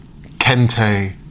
kente